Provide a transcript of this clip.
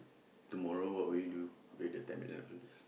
tomorrow what would you do with the ten million dollars